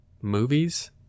movies